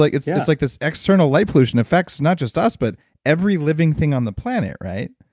like it's yeah it's like this external light pollution affects not just us, but every living thing on the planet, right?